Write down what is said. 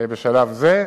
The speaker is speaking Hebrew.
בשלב זה.